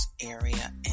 area